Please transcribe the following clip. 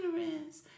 ignorance